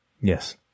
Yes